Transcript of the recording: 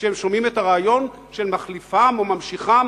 כשהם שומעים את הרעיון של מחליפם או ממשיכם,